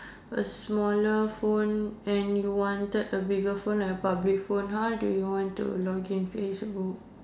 a smaller phone and you wanted a bigger phone a public phone how do you want to log in Facebook